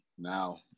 Now